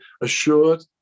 assured